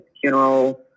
funeral